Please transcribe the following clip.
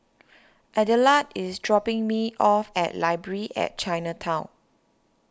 Adelard is dropping me off at Library at Chinatown